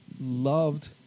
loved